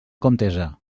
comtessa